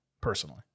Personally